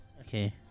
Okay